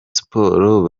sport